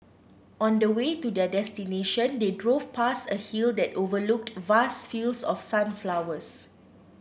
on the way to their destination they drove past a hill that overlooked vast fields of sunflowers